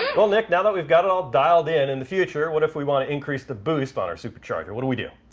well nick, now that we've got it all dialed in, in the future what if we want to increase the boost on our supercharger? what do we do?